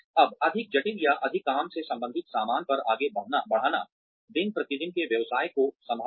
अब अधिक जटिल या अधिक काम से संबंधित सामान पर आगे बढ़ाना दिन प्रतिदिन के व्यवसाय को संभालना